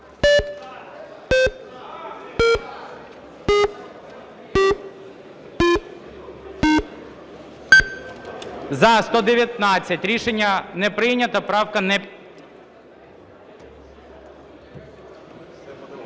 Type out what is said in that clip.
За-119 Рішення не прийнято. Правка не